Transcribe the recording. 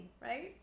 right